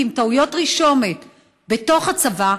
כי הם טעויות רישום בתוך הצבא,